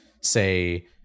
say